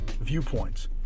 viewpoints